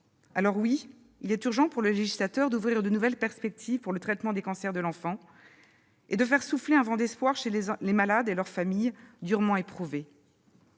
Alors oui, il est urgent pour le législateur d'ouvrir de nouvelles perspectives pour le traitement des cancers de l'enfant et de faire souffler un vent d'espoir chez les malades et leurs familles durement éprouvées.